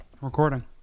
recording